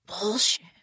bullshit